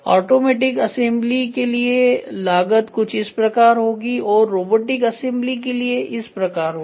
automatic assembly के लिए लागत कुछ इस प्रकार होगी और रोबोटिक असेंबली के लिए इस प्रकार होगी